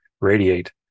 radiate